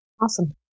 Awesome